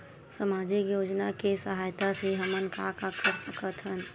सामजिक योजना के सहायता से हमन का का कर सकत हन?